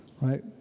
right